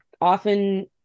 often